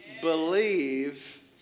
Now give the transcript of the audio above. believe